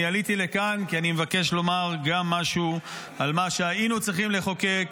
אני עליתי לכאן כי אני מבקש לומר גם משהו על מה שהיינו צריכים לחוקק,